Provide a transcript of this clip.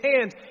hands